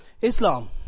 Islam